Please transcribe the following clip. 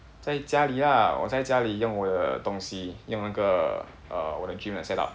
在家里啊我在家里用我的东西用那个 uh 我的 gym 的 set up